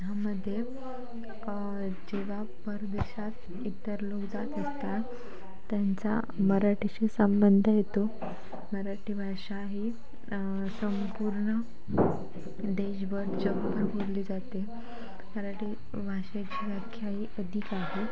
ह्यामध्ये जेव्हा परदेशात इतर लोकं जात असतात त्यांचा मराठीशी संबंध येतो मराठी भाषा ही संपूर्ण देशभर जगभर बोलली जाते मराठी भाषेची व्याख्या ही अधिक आहे